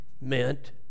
meant